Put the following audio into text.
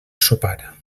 sopar